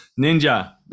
Ninja